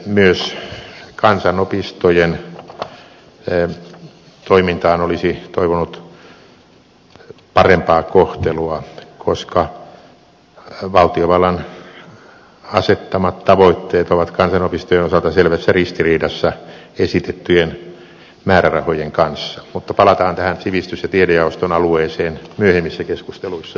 myös kansanopistojen toimintaan olisi toivonut parempaa kohtelua koska valtiovallan asettamat tavoitteet ovat kansanopistojen osalta selvässä ristiriidassa esitettyjen määrärahojen kanssa mutta palataan tähän sivistys ja tiedejaoston alueeseen myöhemmissä keskusteluissa enemmän